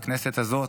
בכנסת הזאת,